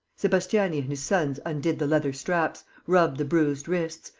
sebastiani and his sons undid the leather straps, rubbed the bruised wrists,